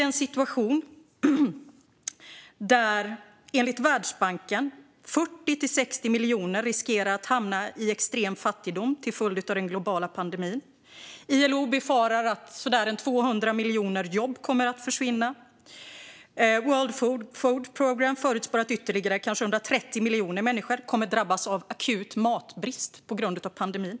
Enligt Världsbanken riskerar 40-60 miljoner att hamna i extrem fattigdom till följd av den globala pandemin. ILO befarar att cirka 200 miljoner jobb kommer att försvinna. World Food Programme förutspår att ytterligare kanske 130 miljoner människor kommer att drabbas av akut matbrist på grund av pandemin.